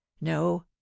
No